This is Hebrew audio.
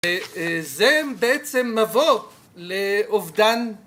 זה בעצם מבוא לאובדן